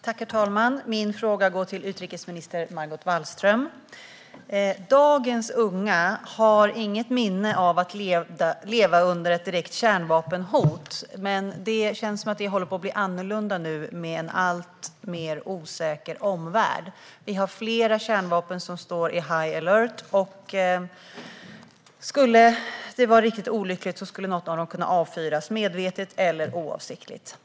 Herr talman! Min fråga går till utrikesminister Margot Wallström. Dagens unga har inget minne av att leva under ett direkt kärnvapenhot, men det känns som att det håller på att bli annorlunda nu med en alltmer osäker omvärld. Vi har flera kärnvapen som står i "high alert", och skulle det vara riktigt olyckligt skulle något av dem kunna avfyras, medvetet eller oavsiktligt.